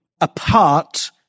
apart